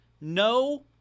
No